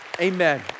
Amen